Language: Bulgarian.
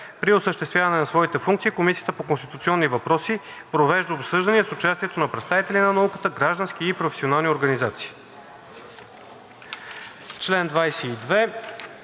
При осъществяване на своите функции Комисията по конституционни въпроси провежда обсъждания с участието на представители на науката, граждански и професионални организации.“